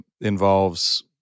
involves